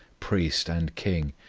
priest, and king,